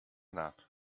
that